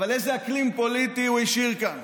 אבל איזה אקלים פוליטי הוא השאיר כאן,